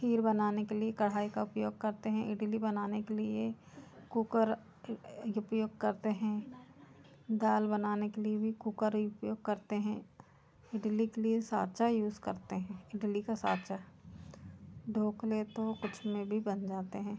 खीर बनाने के लिए कढ़ाई का उपयोग करते हैं इडली बनाने के लिए कुकर उपयोग करते हैं दाल बनाने के लिए भी कुकर ही उपयोग करते हैं इडली के लिए साँचा यूज़ करते हैं इडली का साँचा ढोकले तो कुछ में भी बन जाते हैं